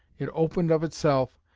it opened of itself,